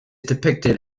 depicted